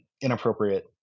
inappropriate